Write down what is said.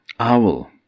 Owl